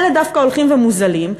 אלה דווקא הולכים ומוזלים,